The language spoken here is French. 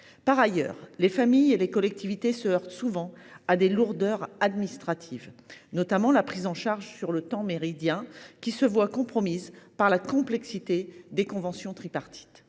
Par ailleurs, les familles et les collectivités se heurtent souvent à des lourdeurs administratives. La prise en charge sur le temps méridien, par exemple, se voit compromise par la complexité des conventions tripartites.